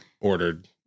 ordered